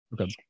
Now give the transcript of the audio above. okay